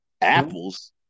apples